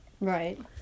Right